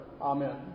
Amen